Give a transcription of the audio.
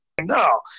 No